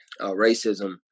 Racism